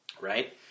Right